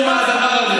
ירדת נמוך.